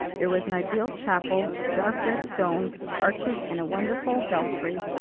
there was an ideal chapel of dark-red stone with arches and a wonderful belfry,